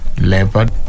leopard